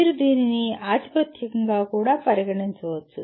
మీరు దీనిని ఆధిపత్యంగా కూడా పరిగణించవచ్చు